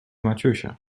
maciusia